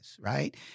Right